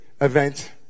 event